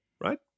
right